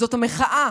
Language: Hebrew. זאת המחאה